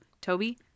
Toby